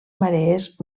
marees